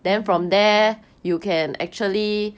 mm